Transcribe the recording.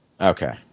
Okay